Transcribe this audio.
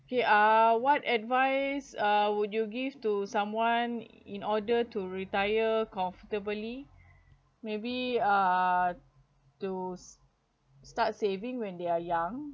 okay uh what advice uh would you give to someone in order to retire comfortably maybe uh to start saving when they are young